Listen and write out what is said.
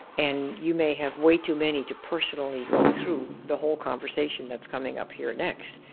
and you may have way too many to personally go through the whole conversation that's coming up here next.